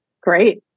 Great